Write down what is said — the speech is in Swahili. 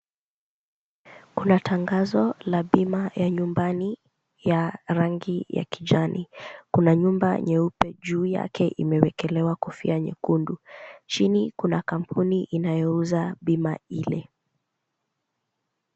Kuna tangazo la bima ya nyumbani ya rangi ya kijani. Kuna nyumba nyeupe juu yake imewekelewa kofia nyekundu. Chini kuna kampuni inayouza bima ile.